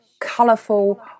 colorful